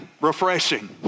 refreshing